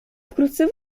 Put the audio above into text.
wkrótce